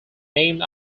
named